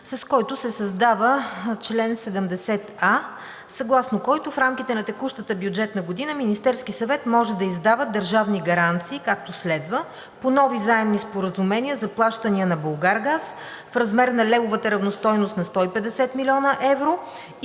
с който се създава чл. 70а, съгласно който в рамките на текущата бюджетна година Министерският съвет може да издава държавни гаранции, както следва, по нови заемни споразумения за плащания на „Булгаргаз“ в размер на левовата равностойност на 150 млн. евро и